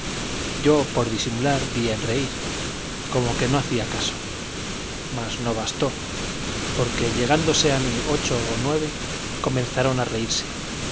yo por disimular di en reír como que no hacía caso mas no bastó porque llegándose a mí ocho o nueve comenzaron a reírse